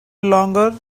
longer